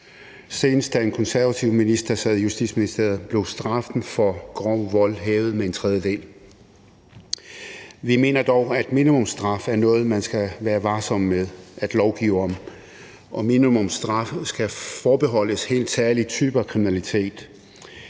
senest da en konservativ minister sad i Justitsministeriet, hvor straffen for grov vold blev hævet med en tredjedel. Vi mener dog, at minimumsstraffe er noget, man skal være varsom med at lovgive om, og minimumsstraffe skal forbeholdes helt særlige typer af kriminalitet.